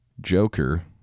Joker